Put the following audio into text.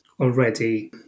already